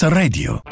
radio